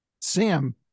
Sam